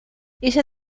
ella